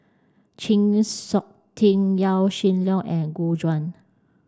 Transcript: Chng Seok Tin Yaw Shin Leong and Gu Juan